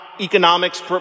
economics